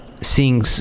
seeing